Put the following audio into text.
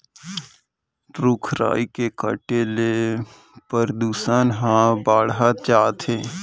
रूख राई के काटे ले परदूसन हर बाढ़त जात हे